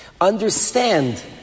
Understand